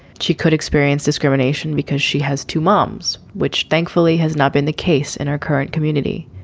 she could experience discrimination because she has two moms, which thankfully has not been the case in our current community.